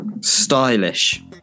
stylish